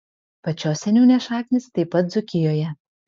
pačios seniūnės šaknys taip pat dzūkijoje